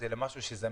המתרס.